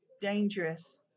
dangerous